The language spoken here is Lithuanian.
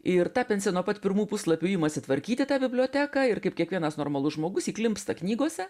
ir tapensė nuo pat pirmų puslapių imasi tvarkyti tą biblioteką ir kaip kiekvienas normalus žmogus įklimpsta knygose